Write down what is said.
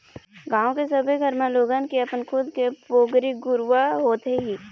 गाँव के सबे घर म लोगन के अपन खुद के पोगरी घुरूवा होथे ही